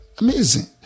amazing